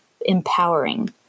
empowering